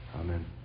Amen